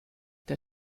der